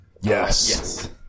yes